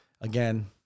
again